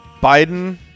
Biden